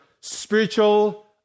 spiritual